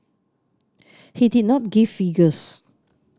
he did not give figures